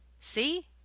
See